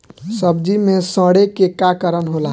सब्जी में सड़े के का कारण होला?